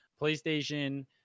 PlayStation